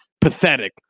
pathetic